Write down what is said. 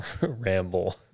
ramble